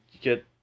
get